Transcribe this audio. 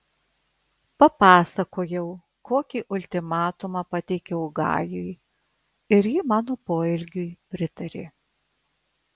papasakojau kokį ultimatumą pateikiau gajui ir ji mano poelgiui pritarė